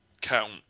count